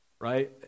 right